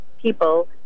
people